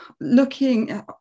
looking